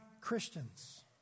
Christians